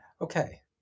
Okay